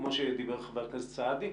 כמו שדיבר חבר הכנסת סעדי?